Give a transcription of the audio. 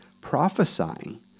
prophesying